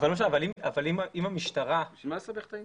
למה לסבך את העניין?